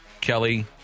Kelly